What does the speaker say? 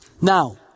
Now